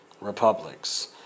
Republics